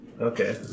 Okay